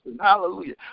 Hallelujah